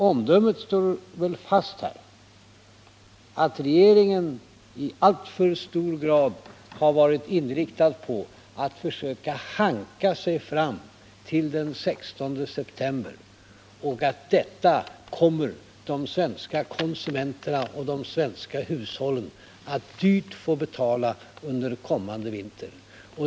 Omdömet står fast att regeringen i alltför hög grad har varit inriktad på att försöka hanka sig fram till den 16 september. Detta kommer de svenska konsumenterna och de svenska hushållen att dyrt få betala under kommande vinter.